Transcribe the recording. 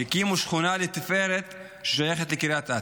הקימו שכונה לתפארת ששייכת לקריית אתא.